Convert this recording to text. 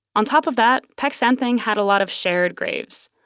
on top of that, peck san theng had a lot of shared graves.